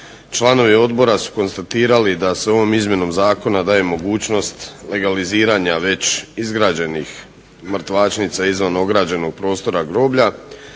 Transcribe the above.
Članovi odbora su konstatirali da se ovom izmjenom zakona daje mogućnost legaliziranja već izgrađenih mrtvačnica izvan ograđenog prostora groblja